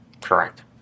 Correct